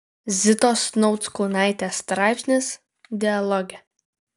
zitos nauckūnaitės straipsnis dialoge